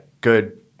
good